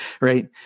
right